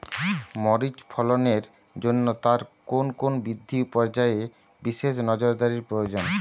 মরিচ ফলনের জন্য তার কোন কোন বৃদ্ধি পর্যায়ে বিশেষ নজরদারি প্রয়োজন?